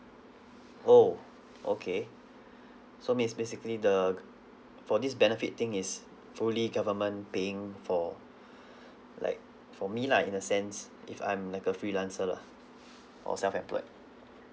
oh okay so means basically the for this benefit thing is fully government paying for like for me lah in a sense if I'm like a freelancer lah or self employed